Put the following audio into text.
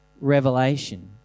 revelation